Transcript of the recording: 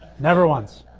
never once.